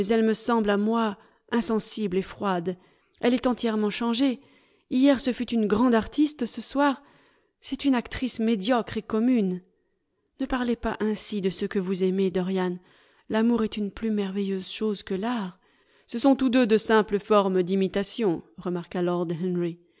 me semble à moi insensible et froide elle est entièrement changée hier ce fut une grande artiste ce soir c'est une actrice médiocre et commune ne parlez pas ainsi de ce que vous aimez dorian l'amour est une plus merveilleuse chose que l'art ce sont tous deux de simples formes d'imitation